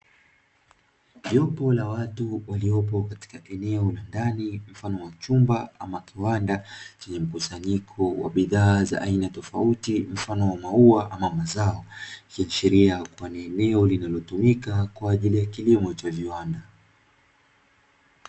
Jopo la watu waliyopo katika eneo la ndani mfano wa chumba ama kiwanda, chenye mkusanyiko wa bidhaa za aina tofauti mfano wa maua ama mazao, ikiashiria kuwa ni eneo linalotumika kwa ajili ya kilimo cha viwanda.